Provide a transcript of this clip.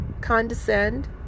condescend